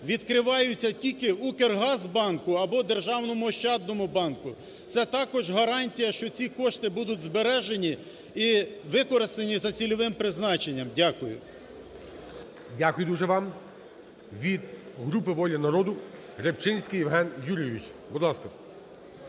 відкриваються тільки "Укргазбанку" або "Державному ощадному банку". Це також гарантія, що ці кошти будуть збережені і використані за цільовим призначенням. Дякую. ГОЛОВУЮЧИЙ. Дякую дуже вам. Від групи "Воля народу", Рибчинський Євген Юрійович. Будь ласка.